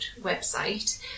website